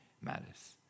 matters